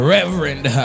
Reverend